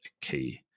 key